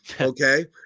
Okay